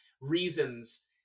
reasons